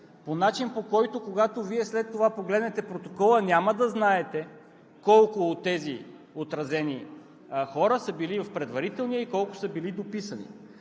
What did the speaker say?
по начин, по който, когато Вие след това погледнете протокола, няма да знаете колко от тези отразени хора са били в предварителния и колко са били дописани.